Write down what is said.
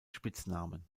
spitznamen